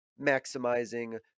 maximizing